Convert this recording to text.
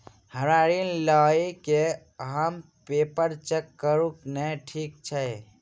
हमरा ऋण लई केँ हय पेपर चेक करू नै ठीक छई?